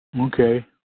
Okay